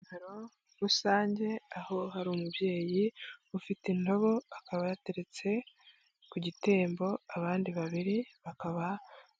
Ivomero rusange aho hari umubyeyi ufite indobo, akaba yateretse ku gitembo, abandi babiri bakaba